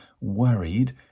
worried